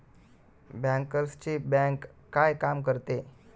बँकर्सची बँक काय काम करते?